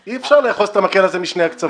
אי אפשר לאחוז את המקל הזה משתי הקצוות.